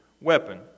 weapon